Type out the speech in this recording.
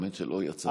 האמת שלא יצא לי.